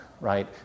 Right